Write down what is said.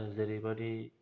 जेरैबादि